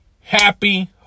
Happy